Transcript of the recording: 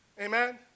Amen